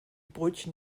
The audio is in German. brötchen